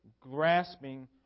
grasping